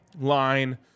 line